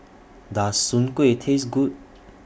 Does Soon Kway Taste Good